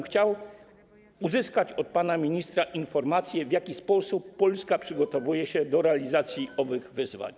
Chciałbym uzyskać od pana ministra informację, w jaki sposób Polska przygotowuje się do realizacji owych wyzwań.